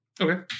Okay